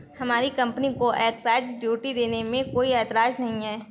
हमारी कंपनी को excise duty देने में कोई एतराज नहीं है